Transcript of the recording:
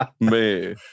Man